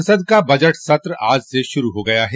संसद का बजट सत्र आज से शुरू हो गया है